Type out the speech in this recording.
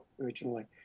originally